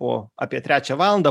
o apie trečią valandą